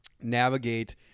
navigate